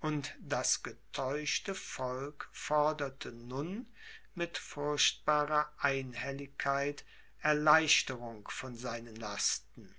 und das getäuschte volk forderte nun mit furchtbarer einhelligkeit erleichterung von seinen lasten